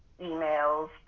emails